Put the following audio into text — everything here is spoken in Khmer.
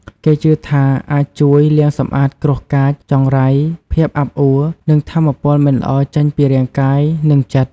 គេជឿថាអាចជួយ លាងសម្អាតគ្រោះកាច ចង្រៃ ភាពអាប់អួ និងថាមពលមិនល្អចេញពីរាងកាយ និងចិត្ត។